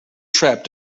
trap